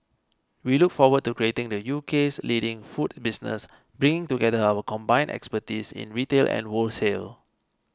we look forward to creating the U K's leading food business bringing together our combined expertise in retail and wholesale